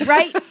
Right